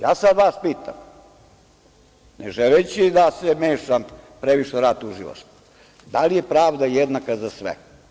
Ja sada vas pitam, ne želeći da se mešam previše u rad tužilaštva, da li je pravda jednake za sve?